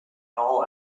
all